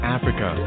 Africa